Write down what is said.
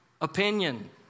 opinion